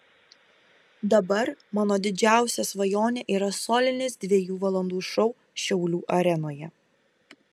dabar mano didžiausia svajonė yra solinis dviejų valandų šou šiaulių arenoje